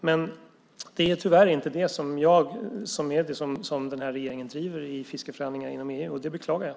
Men det är tyvärr inte det som den här regeringen driver i fiskeförhandlingarna i EU, och det beklagar jag.